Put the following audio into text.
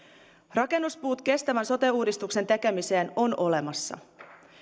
rakennuspuut kestävän sote uudistuksen tekemiseen ovat olemassa